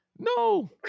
No